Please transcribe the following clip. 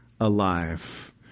alive